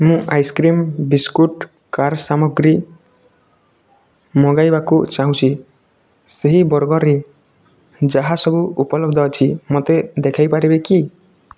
ମୁଁ ice cream biscuit କାର୍ ସାମଗ୍ରୀ ମଗାଇବାକୁ ଚାହୁଁଛି ସେହି ବର୍ଗରେ ଯାହା ସବୁ ଉପଲବ୍ଧ ଅଛି ମୋତେ ଦେଖାଇପାରିବେ କି